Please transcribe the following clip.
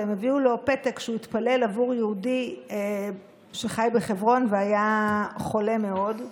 והם הביאו לו פתק שהוא יתפלל עבור יהודי שחי בחברון והיה חולה מאוד.